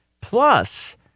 Plus